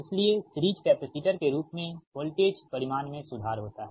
इसलिए series capacitor के रूप में वोल्टेज परिमाण में सुधार होता है